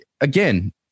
again